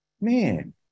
man